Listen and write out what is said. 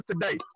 today